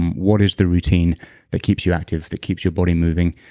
what is the routine that keeps you active, that keeps your body moving?